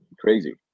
crazy